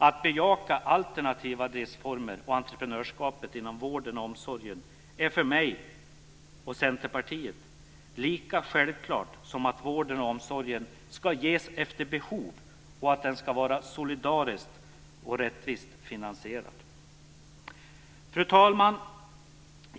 Att bejaka alternativa driftsformer och entreprenörskap inom vården och omsorgen är för mig och Centerpartiet lika självklart som att vården och omsorgen ska ges efter behov och ska vara solidariskt och rättvist finansierad. Fru talman!